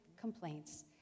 complaints